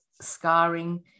scarring